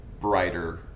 brighter